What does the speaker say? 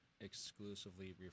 exclusively